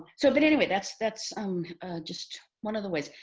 so but anyway, that's that's um just one of the ways.